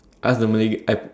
ask the Malay girl uh ask